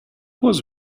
was